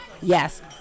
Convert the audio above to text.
Yes